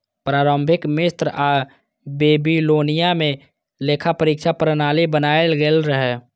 प्रारंभिक मिस्र आ बेबीलोनिया मे लेखा परीक्षा प्रणाली बनाएल गेल रहै